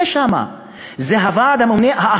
לגבי הוועדה הממונה שם,